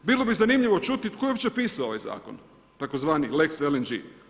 Bilo bi zanimljivo čuti tko je uopće pisao ovaj zakon tzv. lex LNG?